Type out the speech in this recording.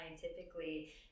scientifically